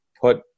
put